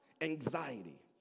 anxiety